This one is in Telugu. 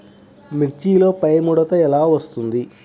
మిర్చిలో పైముడత ఎలా వస్తుంది?